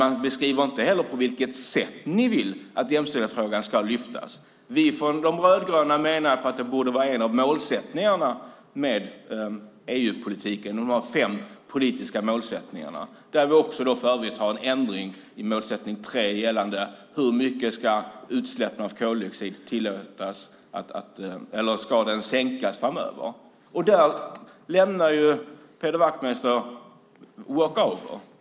Man beskriver dock inte på vilket sätt man vill att den ska lyftas upp. Vi från de rödgröna menar att frågan om jämställdhet borde vara en av målsättningarna med EU-politiken, en av de fem politiska målsättningarna. Vi har för övrigt en ändring i målsättning tre gällande hur mycket utsläppen av koldioxid ska sänkas framöver. Där lämnar Peder Wachtmeister walk over.